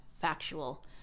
factual